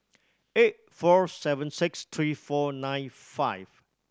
eight four seven six three four nine five